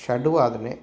षड्वादने